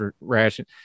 ration